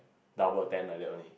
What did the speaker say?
double ten like that only